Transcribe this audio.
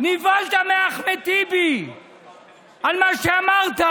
נבהלת מאחמד טיבי על מה שאמרת.